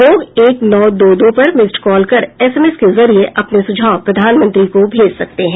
लोग एक नौ दो दो पर मिस कॉल कर एसएमएस के जरिए अपने सुझाव प्रधानमंत्री को भेज सकते हैं